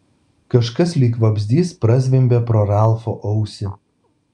kažkas lyg vabzdys prazvimbė pro ralfo ausį